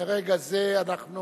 מרגע זה אנחנו